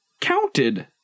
counted